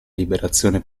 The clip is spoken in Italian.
liberazione